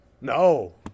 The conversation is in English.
No